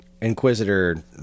inquisitor